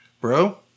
bro